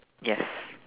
yes